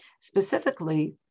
Specifically